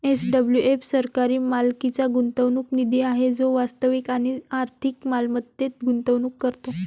SWF सरकारी मालकीचा गुंतवणूक निधी आहे जो वास्तविक आणि आर्थिक मालमत्तेत गुंतवणूक करतो